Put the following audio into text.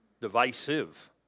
Divisive